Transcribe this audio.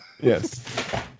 Yes